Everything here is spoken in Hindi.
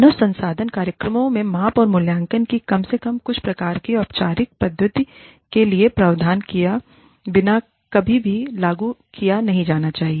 मानव संसाधन कार्यक्रमों मे माप और मूल्यांकन की कम से कम कुछ प्रकार की औपचारिक पद्धति के लिए प्रावधान के बिना कभी भी लागू नहीं किया जाना चाहिए